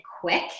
quick